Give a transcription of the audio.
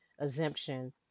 exemption